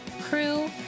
Crew